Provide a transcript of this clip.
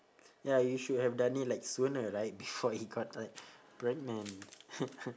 ya you should have done it like sooner right before it got like pregnant